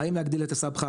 האם להגדיל את הסבחה